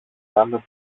πάντα